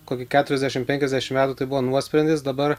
kokį keturiasdešimt penkiasdešimt metų tai buvo nuosprendis dabar